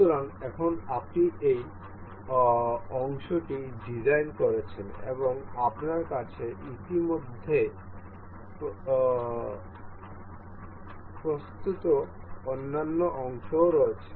সুতরাং এখন আপনি এই অংশটি ডিজাইন করেছেন এবং আপনার কাছে ইতিমধ্যে প্রস্তুত অন্যান্য অংশ রয়েছে